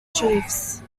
chiefs